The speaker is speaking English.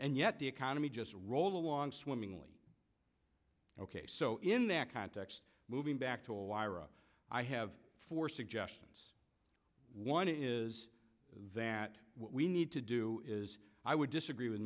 and yet the economy just rolled along swimmingly ok so in that context moving back to a wire a i have four suggestions one is that what we need to do is i would disagree with